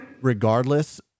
regardless